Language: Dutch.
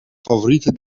favoriete